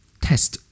test